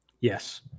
Yes